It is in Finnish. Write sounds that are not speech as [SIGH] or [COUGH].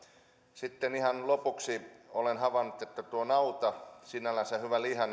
sitten ihan lopuksi olen havainnut että nautahan sinällänsä hyvä liha [UNINTELLIGIBLE]